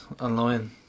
online